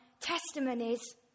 testimonies